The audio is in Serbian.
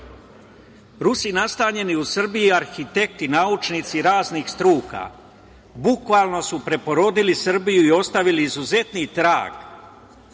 Rusi nastanjeni u Srbiji - arhitekte, naučnici raznih struka bukvalno su preporodili Srbiju i ostavili izuzetni trag